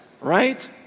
right